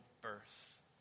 birth